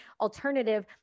alternative